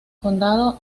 condado